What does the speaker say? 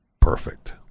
perfect